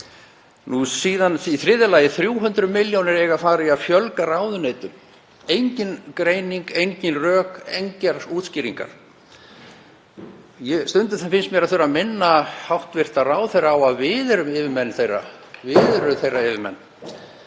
Síðan í þriðja lagi: 300 milljónir eiga að fara í að fjölga ráðuneytum. Engin greining, engin rök, engar útskýringar. Stundum finnst mér þurfa að minna hæstv. ráðherra á að við erum yfirmenn